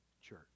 Church